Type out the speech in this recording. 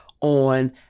on